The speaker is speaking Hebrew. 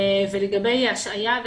לגבי השעיה,